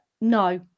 no